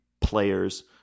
players